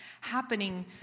happening